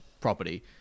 property